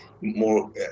more